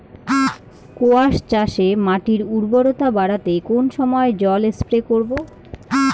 কোয়াস চাষে মাটির উর্বরতা বাড়াতে কোন সময় জল স্প্রে করব?